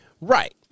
Right